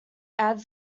adds